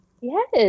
yes